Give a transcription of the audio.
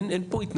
אין פה התנגדות.